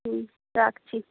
হুম রাখছি